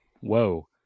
Whoa